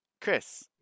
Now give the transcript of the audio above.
Chris